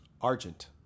Argent